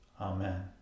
Amen